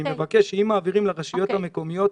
אני מבקש שאם מעבירים לרשויות המקומיות,